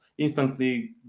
Instantly